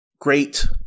great